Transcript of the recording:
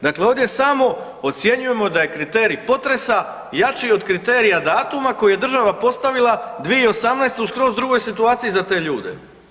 Dakle, ovdje samo ocjenjujemo da je kriterij potresa jači od kriterija datuma koji je država postavila 2018. u skroz drugoj situaciji za te ljude.